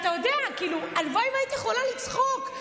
אתה יודע, הלוואי שהייתי יכולה לצחוק.